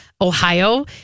Ohio